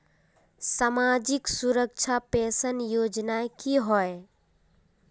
सामाजिक सुरक्षा पेंशन योजनाएँ की होय?